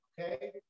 Okay